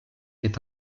est